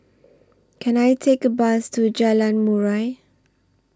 Can I Take A Bus to Jalan Murai